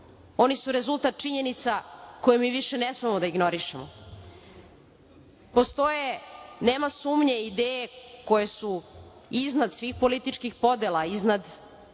oni su rezultat činjenica koje mi više ne smemo da ignorišemo. Postoje, nema sumnje ideje koje su iznad svih političkih podela, iznad